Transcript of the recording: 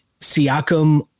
Siakam